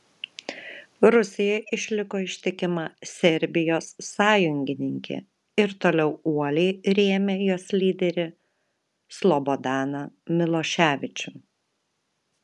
rusija išliko ištikima serbijos sąjungininkė ir toliau uoliai rėmė jos lyderį slobodaną miloševičių